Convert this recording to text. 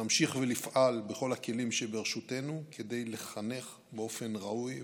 נמשיך ונפעל בכל הכלים שברשותנו כדי לחנך באופן ראוי,